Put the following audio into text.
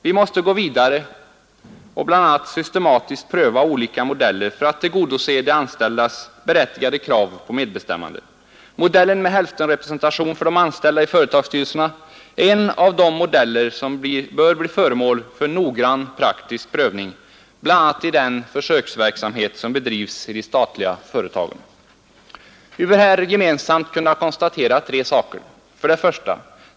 Vi måste gå vidare och bl.a. systematiskt pröva olika modeller för att tillgodose de anställdas berättigade krav på medbestämmande. Modellen med hälftenrepresentation för de anställda i företagsstyrelserna bör bli förmål för noggrann praktisk prövning, bl.a. i den försöksverksamhet som bedrivs i de statliga företagen. Vi bör här gemensamt kunna konstatera tre saker: 1.